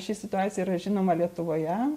ši situacija yra žinoma lietuvoje